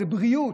זה בריאות,